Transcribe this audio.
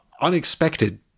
unexpected